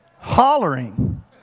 hollering